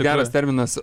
geras terminas